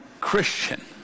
Christian